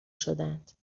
شدند